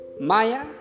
Maya